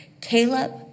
Caleb